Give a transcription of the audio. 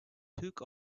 took